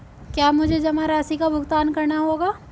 क्या मुझे जमा राशि का भुगतान करना होगा?